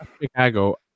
Chicago